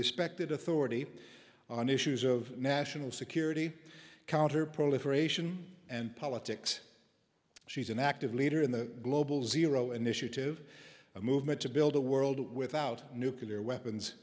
respected authority on issues of national security counter proliferation and politics she's an active leader in the global zero initiative a movement to build a world without nuclear weapons